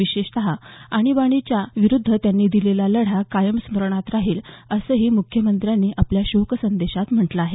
विशेषत आणीबाणीविरुद्ध त्यांनी दिलेला लढा कायम स्मरणात राहील असंही मुख्यमंत्र्यांनी आपल्या शोकसंदेशात म्हटलं आहे